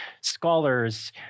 scholars